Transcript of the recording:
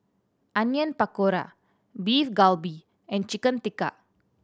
Onion Pakora Beef Galbi and Chicken Tikka